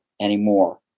anymore